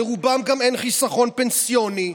לרובם גם אין חיסכון פנסיוני.